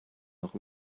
noch